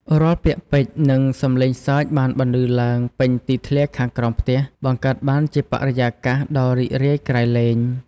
រាល់ពាក្យពេចន៍និងសំឡេងសើចបានបន្លឺឡើងពេញទីធ្លាខាងក្រោមផ្ទះ បង្កើតបានជាបរិយាកាសដ៏រីករាយក្រៃលែង។